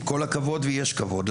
עם כל הכבוד ויש כבוד,